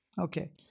Okay